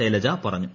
ശൈലജ പറഞ്ഞു